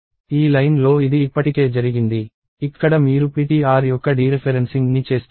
ఈ లైన్లో ఇది ఇప్పటికే జరిగింది ఇక్కడ మీరు ptr యొక్క డీరెఫెరెన్సింగ్ ని చేస్తున్నారు